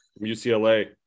UCLA